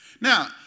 Now